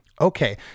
Okay